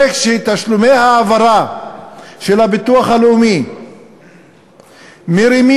תשלומי ההעברה של הביטוח הלאומי מרימים